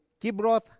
Kibroth